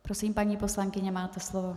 Prosím, paní poslankyně, máte slovo.